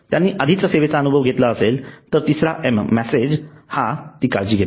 त्यांनी आधीच सेवेचा अनुभव घेतला असेल तर तिसरा एम मॅसेज हा ती काळजी घेतो